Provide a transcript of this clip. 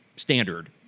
standard